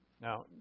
Now